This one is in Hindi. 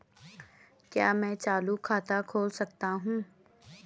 क्या मैं चालू खाता खोल सकता हूँ?